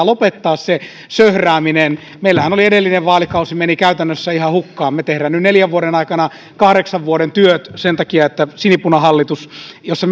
lopettaa se söhrääminen meillähän edellinen vaalikausi meni käytännössä ihan hukkaan me teemme nyt neljän vuoden aikana kahdeksan vuoden työt sen takia että sinipunahallitus jossa